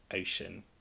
ocean